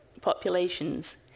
populations